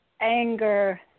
anger